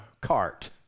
cart